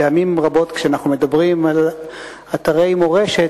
פעמים רבות כשאנחנו מדברים על אתרי מורשת,